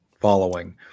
following